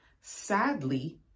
Sadly